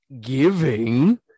giving